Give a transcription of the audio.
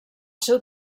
seu